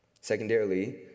Secondarily